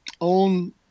own